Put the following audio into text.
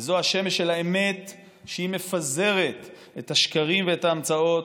וזו השמש של האמת שמפזרת את השקרים ואת ההמצאות,